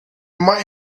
might